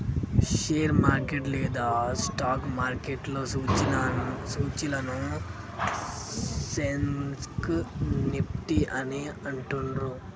share market లేదా stock మార్కెట్లో సూచీలను సెన్సెక్స్, నిఫ్టీ అని అంటుండ్రు